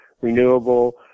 renewable